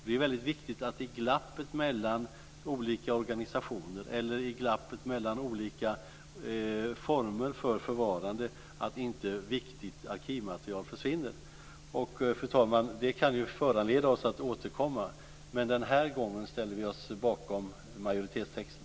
Det är väldigt viktigt i glappet mellan olika organisationer eller i glappet mellan olika former för förvarande att inte viktigt arkivmaterial försvinner. Fru talman! Det kan föranleda oss att återkomma. Men den här gången ställer vi oss bakom majoritetstexten.